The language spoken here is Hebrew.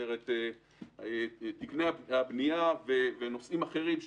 תקני הבנייה ונושאים אחרים,